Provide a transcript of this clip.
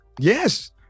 Yes